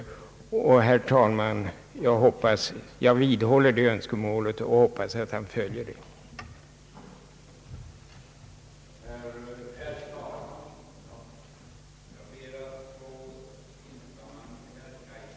Herr talman, jag vidhåller det önskemålet och hoppas att herr Larsson tillgodoser det.